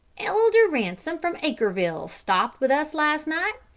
elder ransom from acreville stopped with us last night,